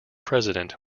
president